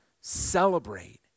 celebrate